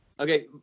Okay